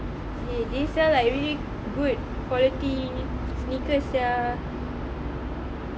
eh they sell like really good quality sneakers sia